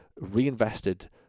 reinvested